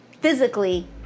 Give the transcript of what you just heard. physically